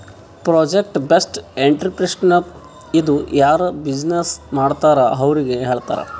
project based entrepreneurship ಇದು ಯಾರು business ಮಾಡ್ತಾರ್ ಅವ್ರಿಗ ಹೇಳ್ತಾರ್